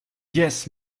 yes